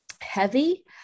heavy